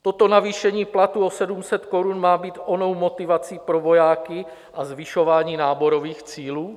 Toto navýšení platů o 700 korun má být onou motivací pro vojáky a zvyšování náborových cílů?